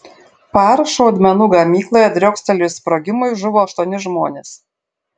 par šaudmenų gamykloje driokstelėjus sprogimui žuvo aštuoni žmonės